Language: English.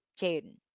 Jaden